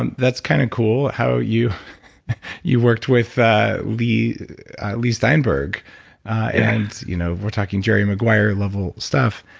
and that's kind of cool how you you worked with leigh leigh steinberg and you know we're talking jerry maguire-level stuff.